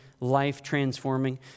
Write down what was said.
life-transforming